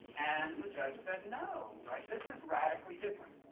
and the judge says no, this is radically different.